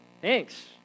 thanks